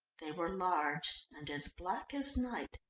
they were large and as black as night,